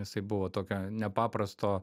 jisai buvo tokio nepaprasto